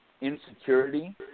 insecurity